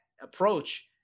approach